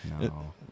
no